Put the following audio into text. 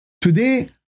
today